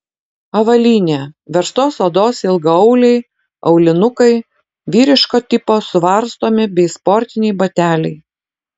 avalynė verstos odos ilgaauliai aulinukai vyriško tipo suvarstomi bei sportiniai bateliai